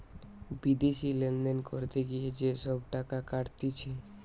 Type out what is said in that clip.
বিদেশি লেনদেন করতে গিয়ে যে সব টাকা কাটতিছে